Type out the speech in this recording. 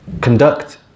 conduct